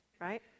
right